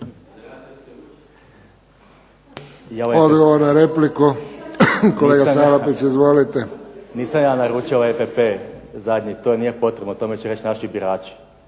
Odgovor na repliku, kolega Salapić. Izvolite. **Salapić, Josip (HDZ)** Nisam ja naručio ovaj EPP zadnji, to nije potrebno. O tome će reći naši birači,